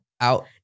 Out